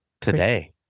today